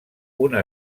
una